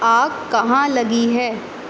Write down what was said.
آگ کہاں لگی ہے